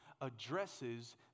addresses